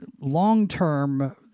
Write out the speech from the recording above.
Long-term